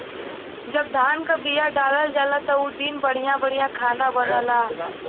जब धान क बिया डालल जाला त उ दिन बढ़िया बढ़िया खाना बनला